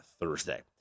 Thursday